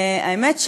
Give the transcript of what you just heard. האמת,